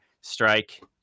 Strike